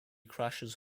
crashes